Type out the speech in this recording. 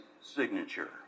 signature